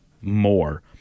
more